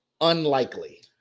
unlikely